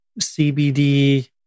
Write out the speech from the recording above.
CBD